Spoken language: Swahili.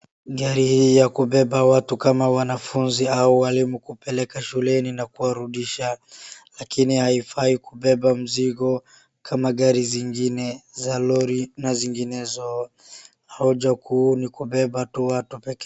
Gari hii ya kubeba watu kama wanafunzi au walimu kupeleka shuleni na kuwarudisha, lakini haifai kubeba mzigo kama gari zingine za lori na zinginezo. Hoja kuu ni kubeba tu watu peka yao.